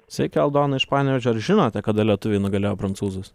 sveiki aldona iš panevėžio ar žinote kada lietuviai nugalėjo prancūzus